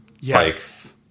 Yes